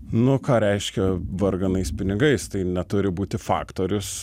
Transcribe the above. nu ką reiškia varganais pinigais tai neturi būti faktorius